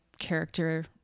character